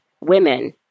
women